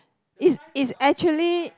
it's it's actually